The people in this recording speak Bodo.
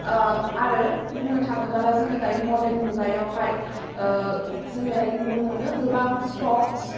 ओह आरो बुंनो थाङोबोला जोङो दायो मरदेन मुगायावहाय ओह जोङो दायो नुनो मोनो गोबां स्टक्स